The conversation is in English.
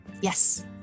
yes